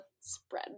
spread